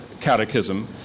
catechism